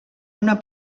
una